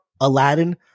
Aladdin